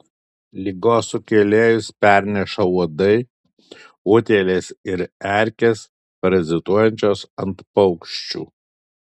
ligos sukėlėjus perneša uodai utėlės ir erkės parazituojančios ant paukščių